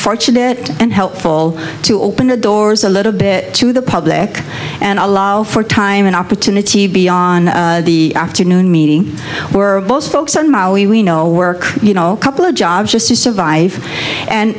fortunate and helpful to open the doors a little bit to the public and allow for time an opportunity beyond the afternoon meeting where both folks on maui we know work you know couple of jobs just to survive and